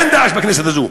אין "דאעש" בכנסת הזאת.